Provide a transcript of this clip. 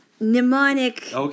Mnemonic